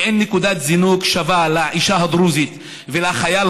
אין נקודת זינוק שווה לאישה הדרוזית ולחייל